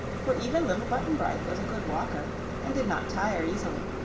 for even little button-bright was a good walker and did not tire easily.